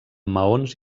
maons